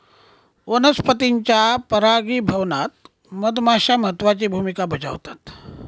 वनस्पतींच्या परागीभवनात मधमाश्या महत्त्वाची भूमिका बजावतात